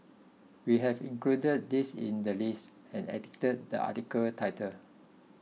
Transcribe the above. we have included this in the list and edited the article title